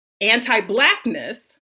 anti-Blackness